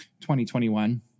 2021